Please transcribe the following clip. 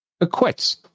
acquits